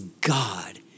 God